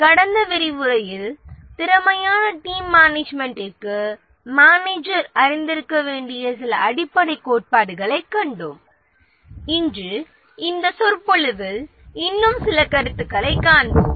கடந்த விரிவுரையில் திறமையான டீம் மேனேஜ்மென்டிற்கு மேனேஜர் அறிந்திருக்க வேண்டிய சில அடிப்படைக் கோட்பாடுகளைக் கண்டோம் இன்று இந்த சொற்பொழிவில் இன்னும் சில கருத்துக்களைக் காண்போம்